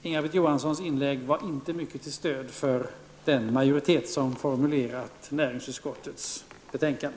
Inga-Britt Johanssons inlägg var inte mycket till stöd för den majoritet som har formulerat näringsutskottets betänkande.